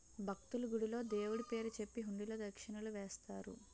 భక్తులు, గుడిలో దేవుడు పేరు చెప్పి హుండీలో దక్షిణలు వేస్తారు